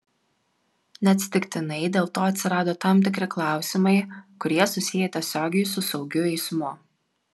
neatsitiktinai dėl to atsirado tam tikri klausimai kurie susiję tiesiogiai su saugiu eismu